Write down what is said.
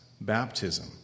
baptism